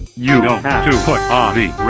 you have to put ah the